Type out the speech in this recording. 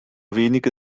wenige